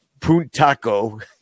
Puntaco